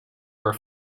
were